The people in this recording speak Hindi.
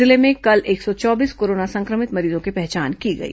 जिले में कल एक सौ चौबीस कोरोना संक्रमित मरीजों की पहचान की गई